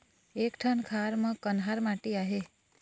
एक ठन खार म कन्हार माटी आहे?